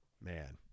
man